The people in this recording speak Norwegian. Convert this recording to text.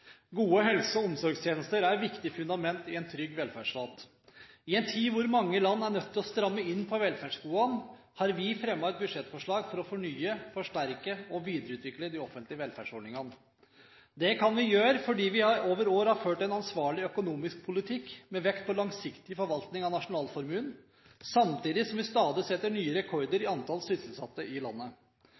Gode helse- og omsorgstjenester er et viktig fundament i en trygg velferdsstat. I en tid hvor mange land er nødt til å stramme inn på velferdsgodene har vi fremmet et budsjettforslag for å fornye, forsterke og videreutvikle de offentlige velferdsordningene. Det kan vi gjøre fordi vi over år har ført en ansvarlig økonomisk politikk med vekt på langsiktig forvaltning av nasjonalformuen, samtidig som vi stadig setter nye rekorder i antall sysselsatte i landet.